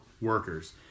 workers